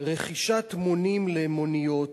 רכישת מונים למוניות,